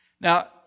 Now